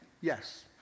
yes